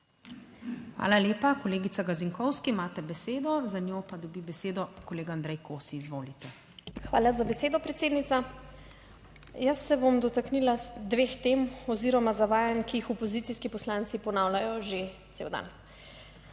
Hvala lepa. Kolegica Gazinkovski, imate besedo, za njo pa dobi besedo kolega Andrej Kosi. Izvolite. **SANDRA GAZINKOVSKI (PS Svoboda):** Hvala za besedo, predsednica. Jaz se bom dotaknila dveh tem oziroma zavajanj, ki jih opozicijski poslanci ponavljajo že cel dan.